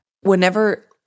whenever